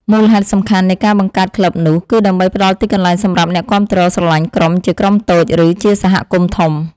មូលហេតុសំខាន់នៃការបង្កើតក្លឹបនោះ គឺដើម្បីផ្ដល់ទីកន្លែងសម្រាប់អ្នកគាំទ្រស្រលាញ់ក្រុមជាក្រុមតូច ឬជាសហគមន៍ធំ